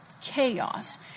chaos